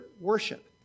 worship